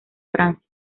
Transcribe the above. francia